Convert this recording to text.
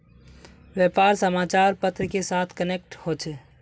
व्यापार समाचार पत्र के साथ कनेक्ट होचे?